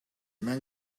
man